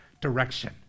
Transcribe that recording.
direction